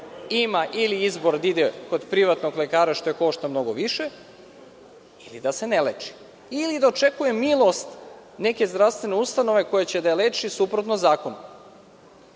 žena ima izbor ili da ide kod privatnog lekara, što je košta mnogo više, ili da se ne leči, ili da očekuje milost neke zdravstvene ustanove koja će da je leči suprotno zakonu,